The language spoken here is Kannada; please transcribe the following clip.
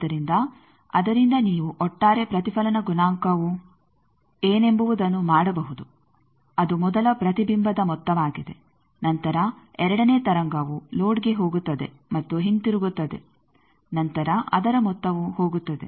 ಆದ್ದರಿಂದ ಅದರಿಂದ ನೀವು ಒಟ್ಟಾರೆ ಪ್ರತಿಫಲನ ಗುಣಾಂಕವು ಏನೆಂಬುವುದನ್ನು ಮಾಡಬಹುದು ಅದು ಮೊದಲ ಪ್ರತಿಬಿಂಬದ ಮೊತ್ತವಾಗಿದೆ ನಂತರ ಎರಡನೇ ತರಂಗವು ಲೋಡ್ಗೆ ಹೋಗುತ್ತದೆ ಮತ್ತು ಹಿಂತಿರುಗುತ್ತದೆ ನಂತರ ಅದರ ಮೊತ್ತವು ಹೋಗುತ್ತದೆ